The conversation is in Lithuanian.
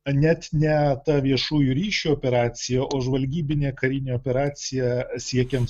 net ne ta viešųjų ryšių operacija o žvalgybinė karinė operacija siekiant